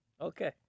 Okay